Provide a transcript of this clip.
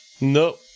No